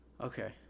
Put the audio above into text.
okay